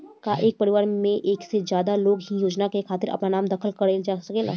का एक परिवार में एक से ज्यादा लोग एक ही योजना के खातिर आपन नाम दाखिल करा सकेला?